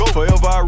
Forever